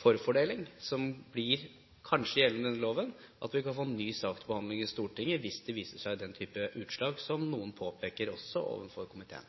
forfordeling, som kanskje blir gjeldende i denne loven, og at vi kan få en ny sak til behandling i Stortinget hvis man ser den type utslag som noen påpeker også overfor komiteen?